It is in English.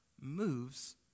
moves